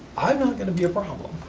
i'm not going to be a problem.